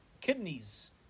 kidneys